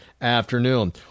afternoon